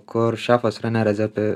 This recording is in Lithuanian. kur šefas rene rezepi